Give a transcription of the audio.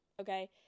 okay